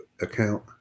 account